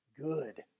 good